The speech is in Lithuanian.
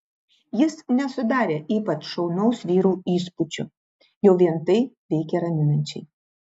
jis nesudarė ypač šaunaus vyro įspūdžio jau vien tai veikė raminančiai